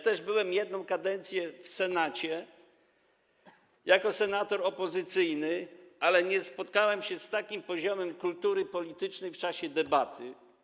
Przez jedną kadencję byłem w Senacie jako senator opozycyjny, ale nie spotykałem się z takim poziomem kultury politycznej w czasie debaty.